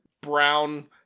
brown